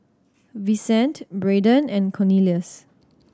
Vicente Braedon and Cornelius